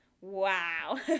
Wow